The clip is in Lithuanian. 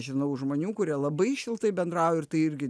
žinau žmonių kurie labai šiltai bendrauja ir tai irgi